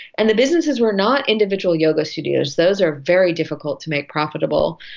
and the businesses were not individual yoga studios, those are very difficult to make profitable,